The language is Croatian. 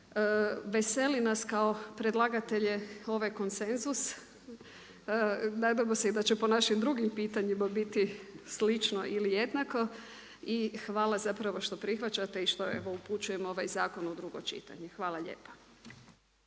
Veseli nas kao predlagatelje ovaj konsenzus, nadamo se i da će po našim drugim pitanjima biti slično ili jednako i hvala zapravo što prihvaćate i što evo upućujemo ovaj zakon u drugo čitanje. Hvala lijepa.